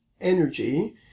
energy